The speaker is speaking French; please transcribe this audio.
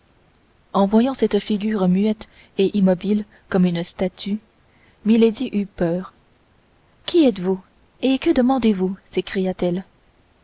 en voyant cette figure muette et immobile comme une statue milady eut peur qui êtes-vous et que demandez-vous